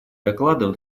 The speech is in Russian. докладов